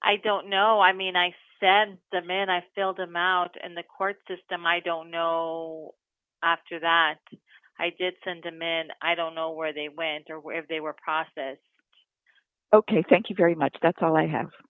i don't know i mean i sent them and i filled them out and the court system i don't know after that i did send them in i don't know where they went or where they were process ok thank you very much that's all i have